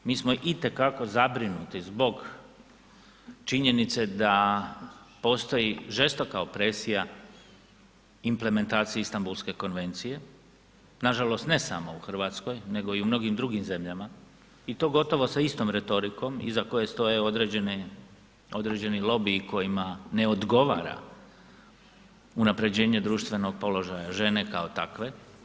Mi smo itekako zabrinuti zbog činjenice da postoji žestoka opresija implementacije Istambulske konvencije, nažalost ne samo u Hrvatskoj nego i u mnogim drugim zemljama i to gotovo sa istom retorikom iza koje stoje određeni lobiji kojima ne odgovara unapređenje društvenog položaja žene kao takve.